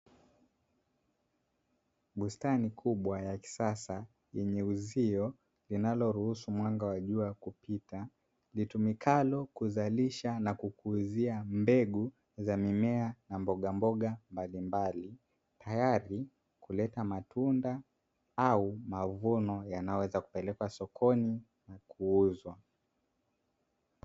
Bustani kubwa ya kisasa yenye uzio, inayoruhusu mwanga wa jua kupita, itumikayo kuzalisha, na kukuzia mbegu, na mimea na mbogamboga mbalimbali, tayari kuleta matunda au mavuno yanayoweza kupelekwa sokoni na kuuzwa.